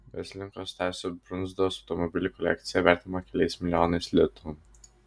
verslininko stasio brundzos automobilių kolekcija vertinama keliais milijonais litų